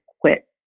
quit